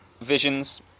Visions